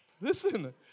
Listen